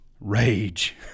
rage